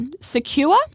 secure